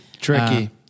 tricky